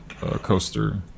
coaster